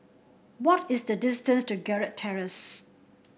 what is the distance to Gerald Terrace